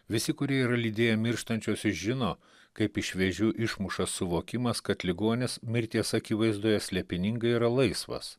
visi kurie yra lydėję mirštančiuosius žino kaip iš vėžių išmuša suvokimas kad ligonis mirties akivaizdoje slėpiningai yra laisvas